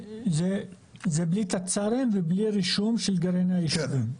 זה בלי תצ"רים ובלי רישום של גרעיני היישובים.